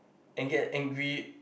and get angry